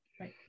Right